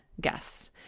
guests